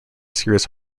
serious